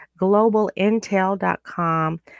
globalintel.com